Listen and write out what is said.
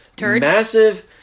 massive